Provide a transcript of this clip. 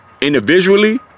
individually